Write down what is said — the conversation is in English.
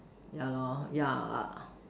yeah lor yeah